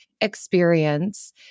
experience